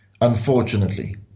unfortunately